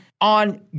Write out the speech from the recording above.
on